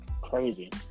Crazy